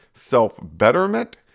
self-betterment